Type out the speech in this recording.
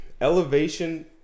elevation